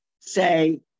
say